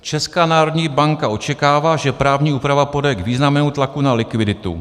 Česká národní banka očekává, že právní úprava povede k významnému tlaku na likviditu.